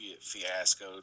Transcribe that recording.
fiasco